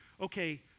okay